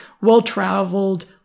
well-traveled